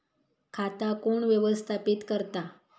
खाता कोण व्यवस्थापित करता?